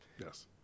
Yes